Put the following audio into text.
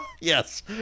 yes